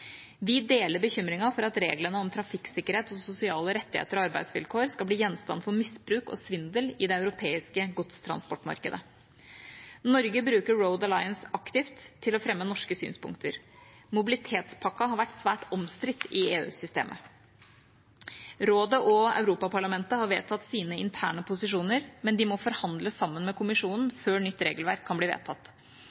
Vi deler bekymringen for at reglene om trafikksikkerhet og sosiale rettigheter og arbeidsvilkår skal bli gjenstand for misbruk og svindel i det europeiske godstransportmarkedet. Norge bruker Road Alliance aktivt for å fremme norske synspunkter. Mobilitetspakken har vært svært omstridt i EU-systemet. Rådet og Europaparlamentet har vedtatt sine interne posisjoner, men de må forhandle sammen med Kommisjonen